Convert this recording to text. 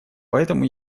поэтому